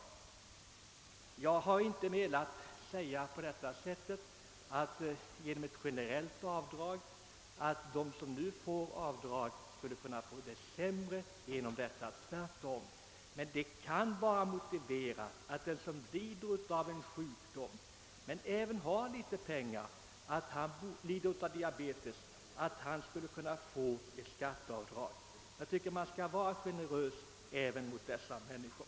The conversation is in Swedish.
Jag har inte avsett att de som nu får avdrag skall få det sämre genom ett generellt avdrag, tvärtom. Det kan emellertid vara motiverat att den som lider av diabetes skall kunna få ett skatteavdrag, även om han har pengar på banken. Man skall vara generös också mot dessa människor.